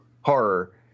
horror